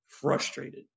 frustrated